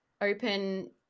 open